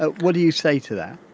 ah what do you say to that?